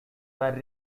were